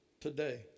today